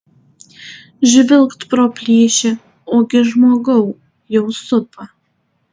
žvilgt pro plyšį ogi žmogau jau supa